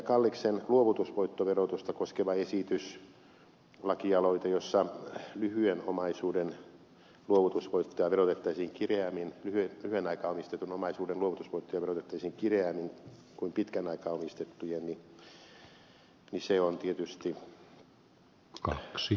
kalliksen luovutusvoittoverotusta koskeva lakialoite jossa lyhyen aikaa omistetun omaisuuden luovutusvoittoja verotettaisiin kireämmin kuin pitkän aikaa omistettujen on tietysti vähän kyseenalainen